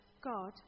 God